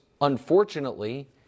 unfortunately